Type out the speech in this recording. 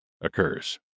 occurs